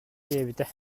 диэбитэ